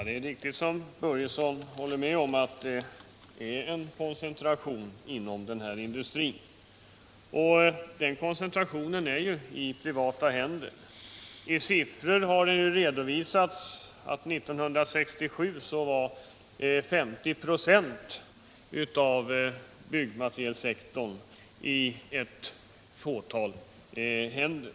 Herr talman! Fritz Börjesson håller alltså med om att det finns en koncentration inom byggnadsmaterialindustrin. Och den koncentrationen är i privata händer. I siffror har redovisats följande. 1967 var 50 96 av byggmaterialsektorn i ett fåtal händer.